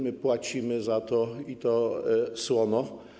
My płacimy za to, i to słono.